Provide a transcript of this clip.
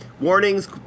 Warnings